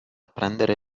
prendere